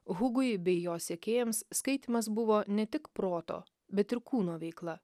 hugui bei jo sekėjams skaitymas buvo ne tik proto bet ir kūno veikla